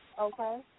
okay